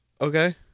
okay